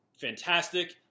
fantastic